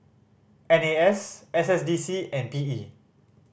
N A S S S D C and P E